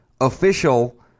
official